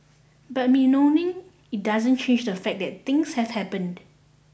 but bemoaning it doesn't change the fact that things have happened